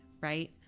right